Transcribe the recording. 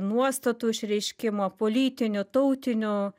nuostatų išreiškimo politinių tautinių